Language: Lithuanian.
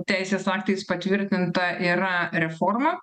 teisės aktais patvirtinta yra reforma